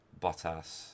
Bottas